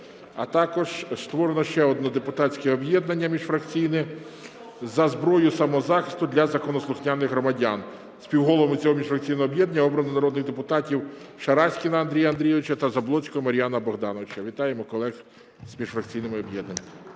А також створено ще одне депутатське об'єднання міжфракційне "За зброю самозахисту для законослухняних громадян". Співголовами цього міжфракційного об'єднання обрано народних депутатів Шараськіна Андрія Андрійовича та Заблоцького Мар'яна Богдановича. Вітаємо колег з міжфракційними об'єднаннями.